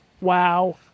Wow